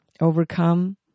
overcome